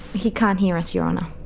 he can't hear us, your honour.